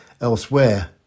Elsewhere